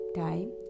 time